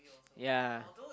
yea